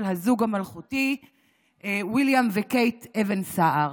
הזוג המלכותי ויליאם וקייט אבן סער.